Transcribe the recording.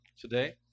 today